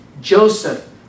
Joseph